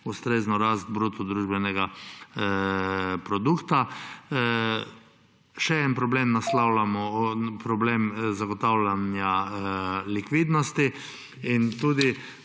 ustrezno rast bruto družbenega produkta. Še en problem naslavljamo, problem zagotavljanja likvidnosti. In